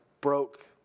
broke